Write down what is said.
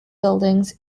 buildings